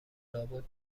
لابد